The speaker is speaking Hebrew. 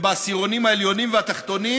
ובעשירונים העליונים והתחתונים,